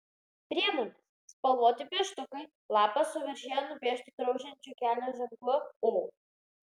priemonės spalvoti pieštukai lapas su viršuje nupieštu draudžiančiu kelio ženklu o